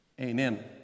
amen